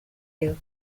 you